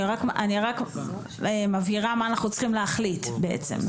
אני רק מבהירה מה אנחנו צריכים להחליט בעצם.